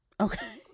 okay